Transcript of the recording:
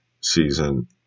season